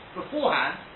beforehand